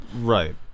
Right